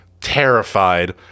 terrified